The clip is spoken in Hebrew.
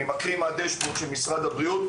אני מקריא מהדשבורד של משרד הבריאות.